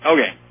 Okay